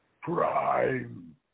prime